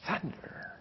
thunder